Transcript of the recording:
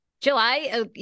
July